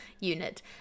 unit